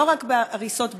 לא רק בהריסות בתים,